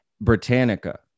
Britannica